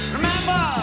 Remember